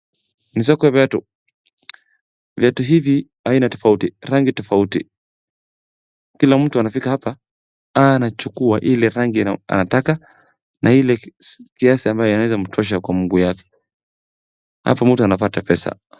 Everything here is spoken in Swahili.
Ni soko ya viatu, vaitu hivi aina tofauti, rangi tofauti. Kila mtu anafika hapa anachukua ile rangi nataka na ile kiasi ambaye inaweza mtosha kwa mguu yake alafu mtu anapata pesa.